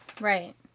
Right